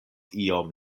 iom